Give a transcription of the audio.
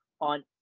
on